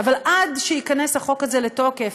אבל עד שייכנס החוק זה לתוקף